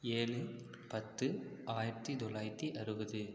ஏழு பத்து ஆயிரத்தி தொள்ளாயிரத்தி அறுபது